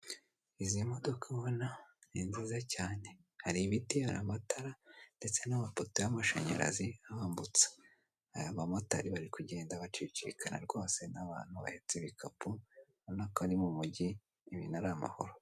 Izi modoka ubona ni nziza cyane hari ibiti, hari amatara ndetse n'amapoto y'amashanyarazi abambutsa, abamotari bari kugenda bacicikana rwose n'abantu bahetse ibikapu ubona ko ari mu mujyi ibintu ari amahoro.